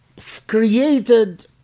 created